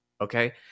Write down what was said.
okay